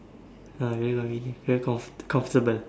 uh convenient very comforta~ comfortable